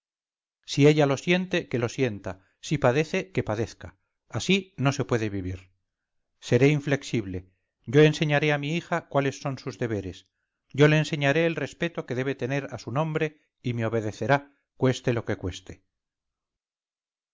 si ella lo siente que lo sienta si padece que padezca así no se puede vivir seré inflexible yo enseñaré a mi hija cuáles son sus deberes yo le enseñaré el respeto que debe tener a su nombre y me obedecerá cueste lo que cueste